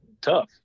tough